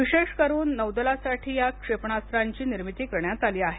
विशेष करून नौदलासाठी या क्षेपणास्त्रांची निर्मिती करण्यात आली आहे